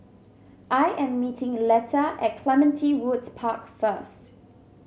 I am meeting Letta at Clementi Woods Park first